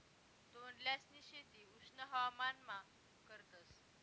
तोंडल्यांसनी शेती उष्ण हवामानमा करतस